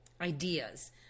ideas